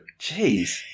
Jeez